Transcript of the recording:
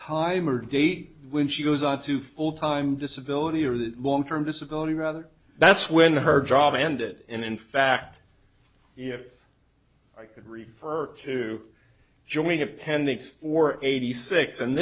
time or date when she goes up to full time disability or the long term disability rather that's when her job ended and in fact if i could refer to join appendix four eighty six and